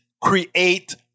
create